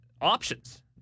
options